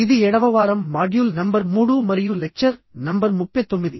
ఇది ఏడవ వారం మాడ్యూల్ నంబర్ 3 మరియు లెక్చర్ నంబర్ 39